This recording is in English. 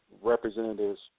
representatives